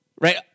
right